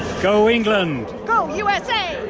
go england go u s a